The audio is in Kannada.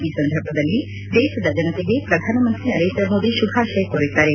ಈ ಸಂದರ್ಭದಲ್ಲಿ ದೇಶದ ಜನತೆಗೆ ಶ್ರಧಾನಮಂತ್ರಿ ನರೇಂದ್ರಮೋದಿ ಶುಭಾಶಯ ಕೋರಿದ್ದಾರೆ